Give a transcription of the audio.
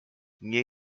nie